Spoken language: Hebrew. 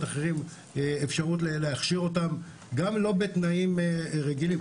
אחרים ולהכשיר אותם גם לא בתנאים רגילים,